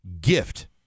gift